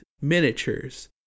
miniatures